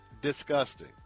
Disgusting